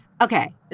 Okay